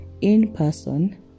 in-person